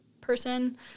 person